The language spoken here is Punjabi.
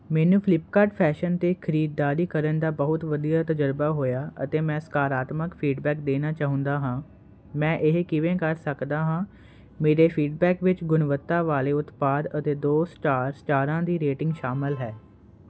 ਮੈਨੂੰ ਫਲਿੱਪਕਾਰਟ ਫੈਸ਼ਨ 'ਤੇ ਖਰੀਦਦਾਰੀ ਕਰਨ ਦਾ ਬਹੁਤ ਵਧੀਆ ਤਜਰਬਾ ਹੋਇਆ ਅਤੇ ਮੈਂ ਸਕਾਰਾਤਮਕ ਫੀਡਬੈਕ ਦੇਣਾ ਚਾਹੁੰਦਾ ਹਾਂ ਮੈਂ ਇਹ ਕਿਵੇਂ ਕਰ ਸਕਦਾ ਹਾਂ ਮੇਰੇ ਫੀਡਬੈਕ ਵਿੱਚ ਗੁਣਵੱਤਾ ਵਾਲੇ ਉਤਪਾਦ ਅਤੇ ਦੋ ਸਟਾਰ ਸਟਾਰਾਂ ਦੀ ਰੇਟਿੰਗ ਸ਼ਾਮਲ ਹੈ